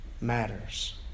matters